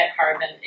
carbon